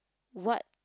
what